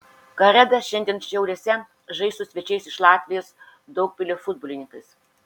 kareda šiandien šiauliuose žais su svečiais iš latvijos daugpilio futbolininkais